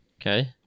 Okay